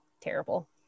terrible